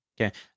Okay